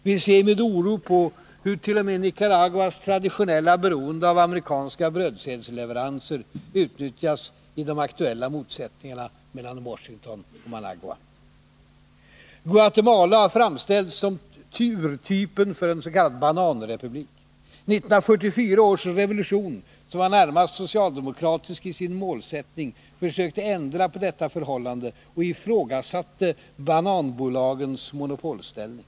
Vi ser med oro på hur t.o.m. Nicaraguas traditionella beroende av amerikanska brödsädsleveranser utnyttjas i de aktuella motsättningarna mellan Washington och Managua. : Guatemala har framställts som urtypen för en bananrepublik. 1944 års revolution, som var närmast socialdemokratisk i sin målsättning, försökte ändra på detta förhållande och ifrågasätta bananbolagens monopolställning.